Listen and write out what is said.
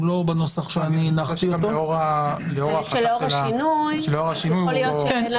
הוא לא בנוסח שאני הנחתי --- לאור השינוי --- יש לנו